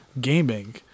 gaming